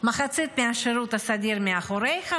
מחצית מהשירות הסדיר מאחוריך,